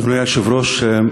אדוני היושב-ראש,